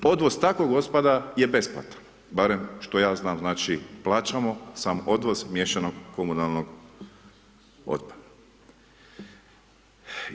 Odvoz takvog otpada je besplatan barem što ja znam, znači plaćamo sam odvoz miješanog komunalnog otpada.